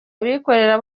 abikorera